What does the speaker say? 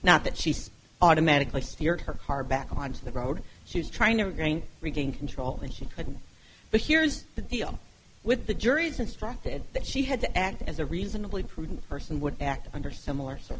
not that she's automatically steered her car back onto the road she was trying to regain regain control and she couldn't but here's the deal with the jury's instructed that she had to act as a reasonably prudent person would act under similar